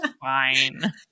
fine